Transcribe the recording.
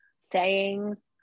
sayings